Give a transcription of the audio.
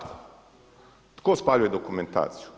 Tko spaljuje dokumentaciju?